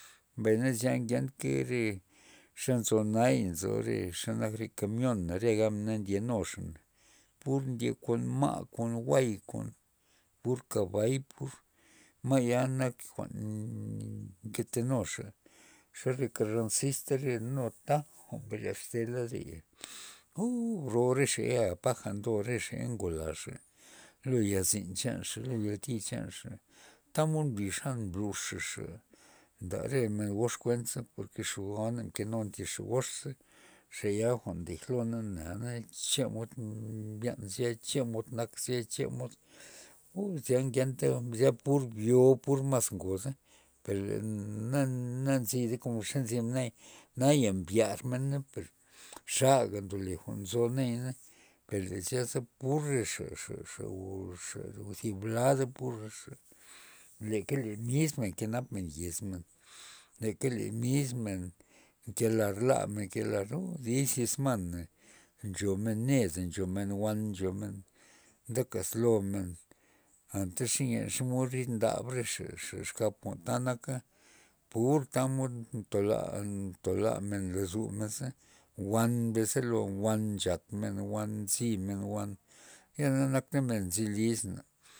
Mbay zya ngenka re xa nzo naya nzo re xa nak re kamiona re gabna na ndyenu pur ndye kon ma' ndye kon jwa'y ndye pur kabay pur ma'ya nak jwa'n nke tenuxa ze re karanzist nu re taja ndoyazte lad re'a uu a bro re xa ya a paja ndore xa ya ngola xa lo ya zin chanxa lo yalti chanxa tamod mblixa gan mbluxa ndare re men gox kuent za por ke xud goana mkenuna xa gox za xa ya jwan mdej lona na chemod mbyan zya chemod nak zya chemod uu zya ngenta zya pur byo pur mas ngoza per na- na nzida komo nzimen naya, naya mbyar mena per xaga ndole jwa'n nzo nayana per le zyasa pur re xa- xa- xa xa thib lada pur re xa leka le mismen kenap men kenap men yez men nkele mismen nke lar lamen nke lar uu dib zi esman nchomen neda nchomen wan nchomen nde kazlomen anta len xomod rid ndab re xa- xa xa eskap ta naka pu tamod ntola- ntolamen lozomen za wan mbeza lo nchat men wan wan nzymen wan ya nakta men nzi lismen.